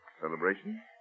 Celebration